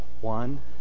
one